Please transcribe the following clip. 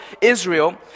Israel